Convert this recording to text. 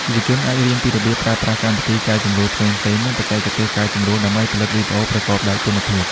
យុវជនអាចរៀនពីរបៀបប្រើប្រាស់កម្មវិធីកែសម្រួលផ្សេងៗ និងបច្ចេកទេសកែសម្រួលដើម្បីផលិតវីដេអូប្រកបដោយគុណភាព។